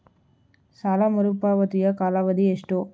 ಸಾಲ ಮರುಪಾವತಿಯ ಕಾಲಾವಧಿ ಎಷ್ಟು?